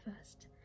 first